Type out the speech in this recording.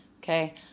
okay